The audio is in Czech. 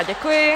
Děkuji.